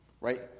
right